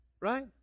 Right